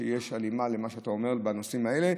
ויש הלימה למה שאתה אומר בנושאים האלה.